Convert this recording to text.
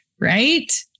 right